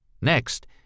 Next